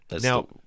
Now